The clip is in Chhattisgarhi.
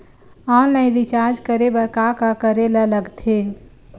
ऑनलाइन रिचार्ज करे बर का का करे ल लगथे?